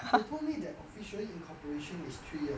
they told me that officially incorporation is three years